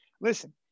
listen